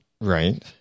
right